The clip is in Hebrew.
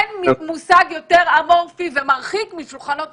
אין מושג יותר אמורפי ומרחיק משולחנות עגולים.